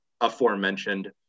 aforementioned